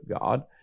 God